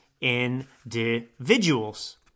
individuals